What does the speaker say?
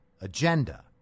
agenda